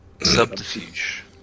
Subterfuge